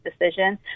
decision